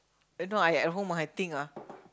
if not I at home I think ah